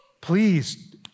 Please